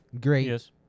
great